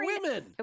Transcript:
women